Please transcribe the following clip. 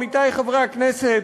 עמיתי חברי הכנסת,